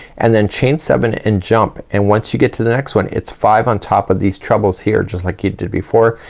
and then chain seven and jump. and once you get to the next one, it's five on top of these trebles here. just like you did before.